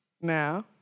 Now